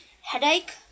headache